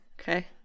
Okay